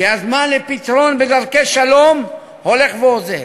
כי הזמן לפתרון בדרכי שלום הולך ואוזל.